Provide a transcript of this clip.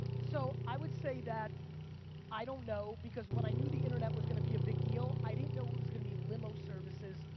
so i would say that i don't know because when i knew the internet was gonna be a big deal i didn't know it was gonna be limo services,